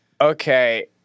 Okay